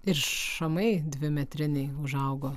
ir šamai dvimetriniai užaugo